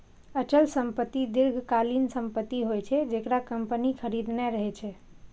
अचल संपत्ति दीर्घकालीन संपत्ति होइ छै, जेकरा कंपनी खरीदने रहै छै